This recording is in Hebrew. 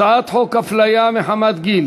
הצעת חוק הפליה מחמת גיל